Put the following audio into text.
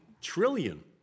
trillion